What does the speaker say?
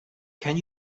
can